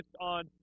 on